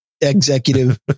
executive